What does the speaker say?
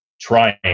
trying